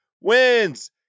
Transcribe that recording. wins